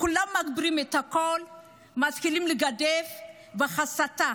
כולם מגבירים את הקול, מתחילים לגדף והסתה.